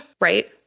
right